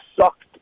sucked